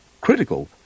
critical